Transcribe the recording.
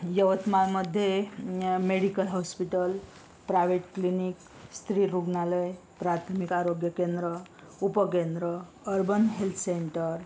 यवतमाळमध्ये medical hospital private clinic स्त्रीरुग्णालय प्राथमिक आरोग्य केंद्र उपकेंद्र अर्बन हेल्थ सेंटर